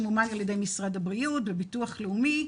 שמומן על-ידי משרד הבריאות וביטוח לאומי,